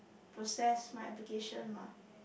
process my application mah